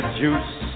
juice